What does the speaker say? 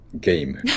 game